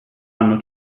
anno